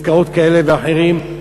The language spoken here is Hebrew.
בעסקאות כאלה ואחרות,